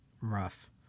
Rough